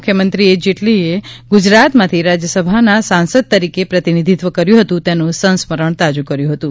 મુખ્યમંત્રીએ જેટલીએ ગુજરાતમાંથી રાજ્યસભાના સાંસદ તરીકે પ્રતિનિધિત્વ કર્યું હતું તેનું સંસ્મરણ તાજુ કર્યું હતું